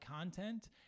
content